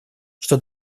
что